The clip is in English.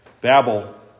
Babel